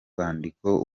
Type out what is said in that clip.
rwandiko